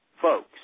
folks